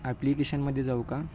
ॲप्लिकेशनमध्ये जाऊ का